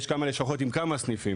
יש כמה לשכות עם כמה סניפים